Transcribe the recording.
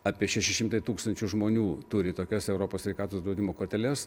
apie šeši šimtai tūkstančių žmonių turi tokias europos sveikatos draudimo korteles